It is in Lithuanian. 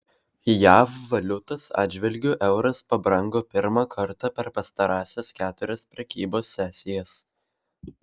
jav valiutos atžvilgiu euras pabrango pirmą kartą per pastarąsias keturias prekybos sesijas